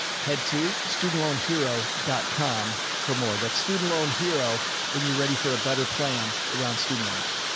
head to student loan, hero dot com for more that student loan hero when you're ready for a better plan around student loans.